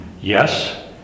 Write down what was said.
Yes